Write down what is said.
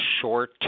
short